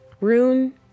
Rune